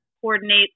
coordinate